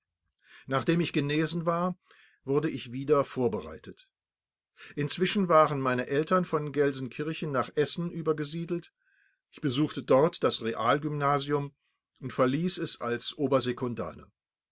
nachdem ich genesen war wurde ich wieder vorbereitet inzwischen waren meine eltern von gelsenkirchen nach essen übergesiedelt ich besuchte dort das realgymnasium und verließ es als